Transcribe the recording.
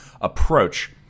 approach